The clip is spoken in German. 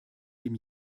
dem